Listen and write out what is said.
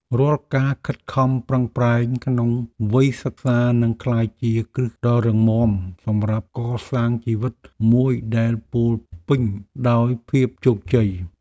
រាល់ការខិតខំប្រឹងប្រែងក្នុងវ័យសិក្សានឹងក្លាយជាគ្រឹះដ៏រឹងមាំសម្រាប់កសាងជីវិតមួយដែលពោរពេញដោយភាពជោគជ័យ។